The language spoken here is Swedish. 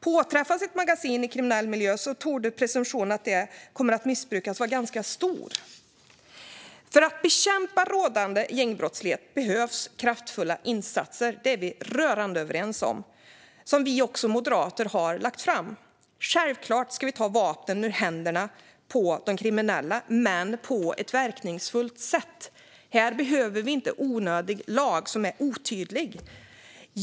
Påträffas ett magasin i kriminell miljö torde presumtionen att det kommer att missbrukas vara ganska stor. För att bekämpa rådande gängbrottslighet behövs kraftfulla insatser - det är vi rörande överens om. Sådana förslag har också vi moderater lagt fram. Självklart ska vi ta vapen ur händerna på de kriminella, men det ska göras på ett verkningsfullt sätt. Här behöver vi inte onödig och otydlig lag.